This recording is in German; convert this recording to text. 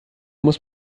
muss